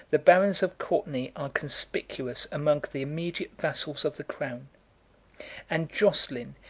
the barons of courtenay are conspicuous among the immediate vassals of the crown and joscelin,